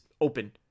open